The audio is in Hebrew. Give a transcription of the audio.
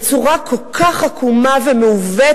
בצורה כל כך עקומה ומעוותת,